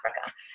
Africa